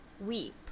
weep